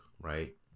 right